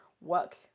work